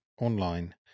online